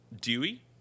Dewey